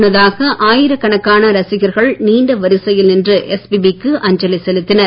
முன்னதாக ஆயிரக் கணக்கான ரசிகர்கள் நீண்ட வரிசையில் நின்று எஸ்பிபி க்கு அஞ்சலி செலுத்தினர்